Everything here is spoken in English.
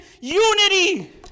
unity